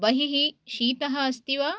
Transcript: बहिः शीतः अस्ति वा